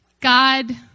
God